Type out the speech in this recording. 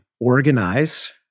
organize